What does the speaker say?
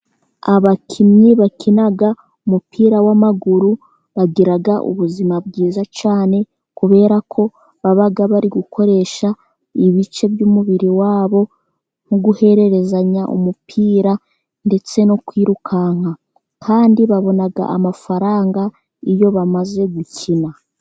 Abakinnyi bakina umupira w'amaguru bagira ubuzima bwiza cyane, kubera ko baba bari gukoresha ibice by'umubiri wabo, nko guhererezanya umupira ndetse no kwirukanka, kandi babona amafaranga iyo bamaze gukina.